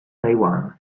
taiwan